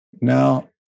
Now